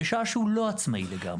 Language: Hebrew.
בשעה שהוא לא עצמאי לגמרי.